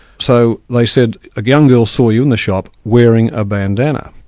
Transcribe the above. so they said, a young girl saw you in the shop wearing a bandana.